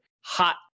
Hot